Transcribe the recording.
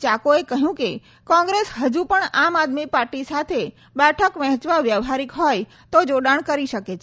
ચાકોએ કહયું કે કોંગ્રેસ હજુ પણ આમ આદમી પાર્ટી સાથે બેઠક વહેંચવા વ્યવહારીક હોય તો જોડાણ કરી શકે છે